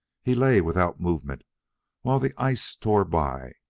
he lay without movement while the ice tore by,